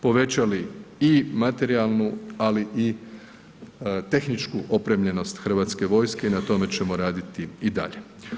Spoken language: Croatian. Povećali i materijalnu ali i tehničku opremljenost hrvatske vojske i na tome ćemo raditi i dalje.